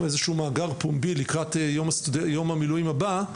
או איזשהו מאגר פומבי לקראת יום המילואים הבא,